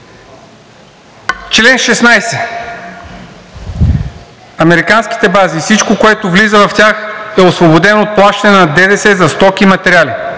„Чл. 16. Американските бази и всичко, което влиза в тях, е освободено от плащане на ДДС за стоки и материали.“